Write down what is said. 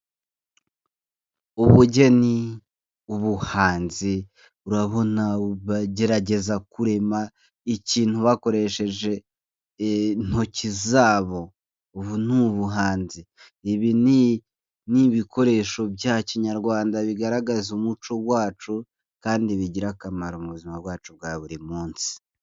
Ubugeni, ubuhanzi, urabona bagerageza kurema ikintu bakoresheje intoki zabo. Ubu ni ubuhanzi ibi ni ibikoresho bya kinyarwanda bigaragaza umuco wacu kandi bigira akamaro mu buzima bwacu bwa buri munsi.